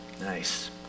Nice